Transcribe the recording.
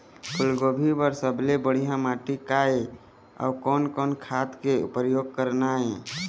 फूलगोभी बर सबले बढ़िया माटी का ये? अउ कोन कोन खाद के प्रयोग करना ये?